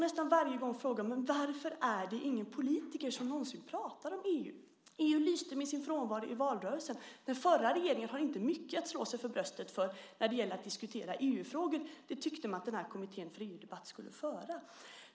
Nästan varje gång frågar man: Varför är det ingen politiker som någonsin pratar om EU? EU lyste med sin frånvaro i valrörelsen. Den förra regeringen har inte mycket att slå sig för bröstet för när det gäller att diskutera EU-frågor - det tyckte man att den här kommittén för EU-debatt skulle göra.